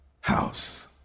house